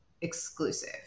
exclusive